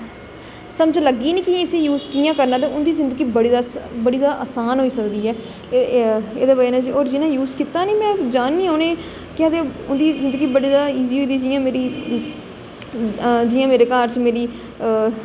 समझ लग्गी नी कि इसी यूज कि'यां करना ते उं'दी जिंदगी बड़ी जादा बड़ी जादा आसान होई सकदी ऐ एह्दी बजह् कन्नै होर जि'नें यूज कीता नी में जाननी आं उ'नें ई केह् आखदे उं'दी जिंदगी बड़ी जादा इजी होई गेदी जि'यां मेरी जि'यां मेरे घर च मेरी